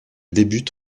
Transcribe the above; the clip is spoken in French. débute